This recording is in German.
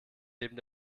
neben